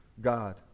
God